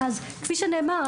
אז כפי שנאמר,